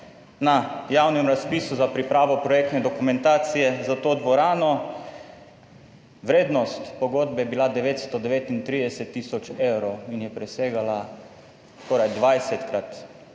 na javnem razpisu za pripravo projektne dokumentacije za to dvorano. Vrednost pogodbe je bila 939 tisoč in je presegala skoraj 20-krat